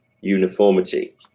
uniformity